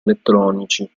elettronici